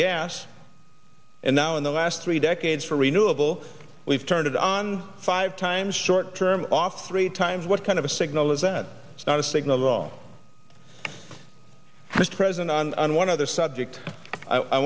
gas and now in the last three decades for renewable we've turned it on five times short term off three times what kind of a signal event it's not a signal mr president on and one other subject i